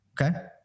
Okay